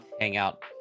Hangout